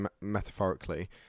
metaphorically